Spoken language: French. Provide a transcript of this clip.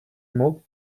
mot